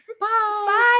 Bye